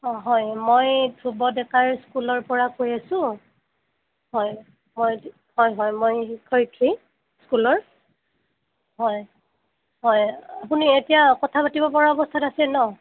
অ হয় মই ধ্ৰুৱ ডেকাৰ স্কুলৰ পৰা কৈ আছোঁ হয় হয় হয় হয় মই শিক্ষয়ত্ৰী স্কুলৰ হয় হয় আপুনি এতিয়া কথা পাতিব পৰা অৱস্থাত আছে ন